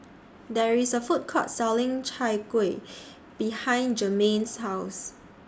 There IS A Food Court Selling Chai Kuih behind Jermain's House